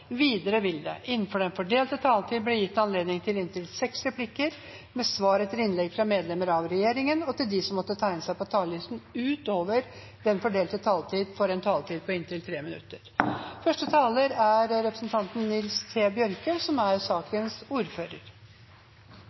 Videre vil det – innenfor den fordelte taletid – bli gitt anledning til inntil seks replikker med svar etter innlegg fra medlemmer av regjeringen, og de som måtte tegne seg på talerlisten utover den fordelte taletid, får en taletid på inntil 3 minutter. Stortingsarbeidet er til tider både spanande, krevjande og lærerikt. Saka me i dag skal drøfta, har ei lang historie som